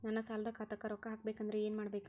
ನನ್ನ ಸಾಲದ ಖಾತಾಕ್ ರೊಕ್ಕ ಹಾಕ್ಬೇಕಂದ್ರೆ ಏನ್ ಮಾಡಬೇಕು?